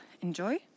enjoy